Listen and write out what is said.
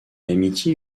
amitié